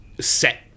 set